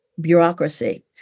bureaucracy